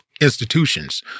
institutions